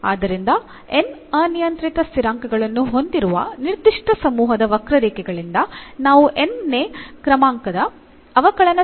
ಆದ್ದರಿಂದ n ಅನಿಯಂತ್ರಿತ ಸ್ಥಿರಾಂಕಗಳನ್ನು ಹೊಂದಿರುವ ನಿರ್ದಿಷ್ಟ ಸಮೂಹದ ವಕ್ರರೇಖೆಗಳಿಂದ ನಾವು n ನೇ ಕ್ರಮಾಂಕದ ಅವಕಲನ ಸಮೀಕರಣವನ್ನು ಪಡೆಯಬಹುದು